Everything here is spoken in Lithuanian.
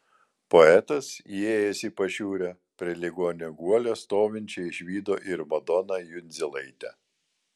poetas įėjęs į pašiūrę prie ligonio guolio stovinčią išvydo ir madoną jundzilaitę